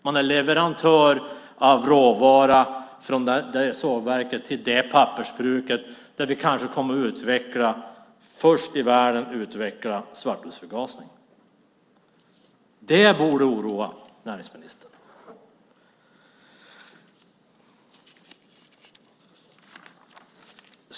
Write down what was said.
Man är leverantör av råvara från sågverket till det pappersbruk där man kanske först i världen kommer att utveckla svartlutsförgasning. Det borde oroa näringsministern.